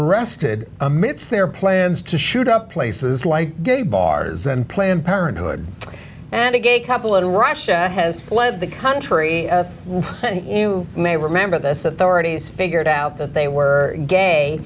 arrested amidst their plans to shoot up places like gay bars and planned parenthood and a gay couple in russia has fled the country and you may remember this authorities figured out that they were gay